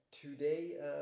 today